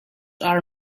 are